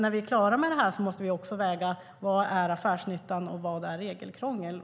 När vi är klara med det här måste vi alltså också väga in vad som är affärsnytta och vad som är regelkrångel.